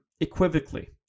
equivocally